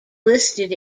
listed